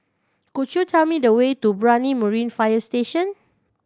could you tell me the way to Brani Marine Fire Station